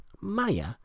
Maya